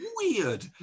weird